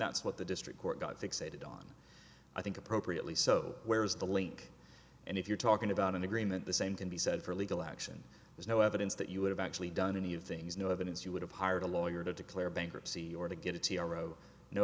that's what the district court got fixated on i think appropriately so where is the link and if you're talking about an agreement the same can be said for legal action there's no evidence that you would have actually done any of things no evidence you would have hired a lawyer to declare bankruptcy or to get a t r o no